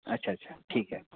अच्छा अच्छा ठीक है